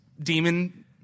demon